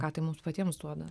ką tai mums patiems duoda